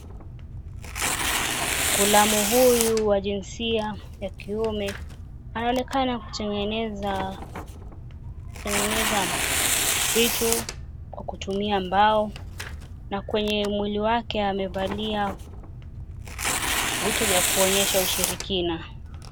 Ghulamu huyu wa jinsia ya kiume anaonekana kutengeneza vitu kwa kutumia mbao, na kwenye mwili wake amevalia vitu vya kuonyesha ushirikina.